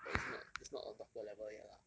but it's not it's not on doctor level yet lah